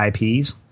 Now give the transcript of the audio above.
IPs